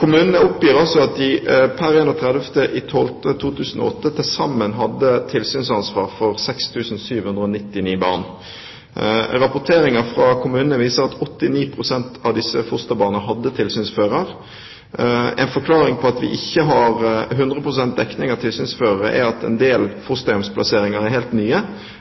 Kommunene oppgir at de pr. 31. desember 2008 til sammen hadde tilsynsansvar for 6 799 barn. Rapporteringer fra kommunene viser at 89 pst. av disse fosterbarna hadde tilsynsfører. En forklaring på at vi ikke har 100 pst. dekning av tilsynsførere, er at en del fosterhjemsplasseringer er helt nye,